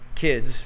kids